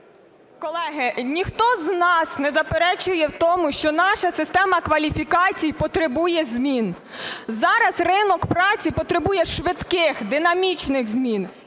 Колеги, ніхто з нас не заперечує в тому, що наша система кваліфікацій потребує змін. Зараз ринок праці потребує швидких, динамічних змін.